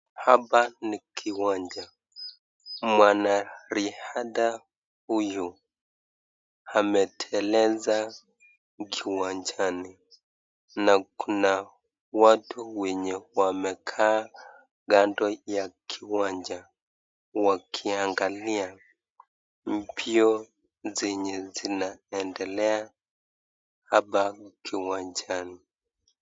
Hapa ni kiwanja. Mwanariadha huyu ameteleza kiwanjani na kuna wenye wamekaa kando ya kiwanja wakiangalia mbio zenye zinaendelea hapa kiwanjani.